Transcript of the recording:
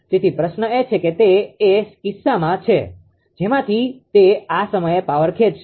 તેથી પ્રશ્ન એ છે કે તે એ કિસ્સામાં છે જેમાંથી તે આ સમયે પાવર ખેંચશે